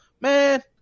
Man